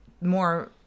more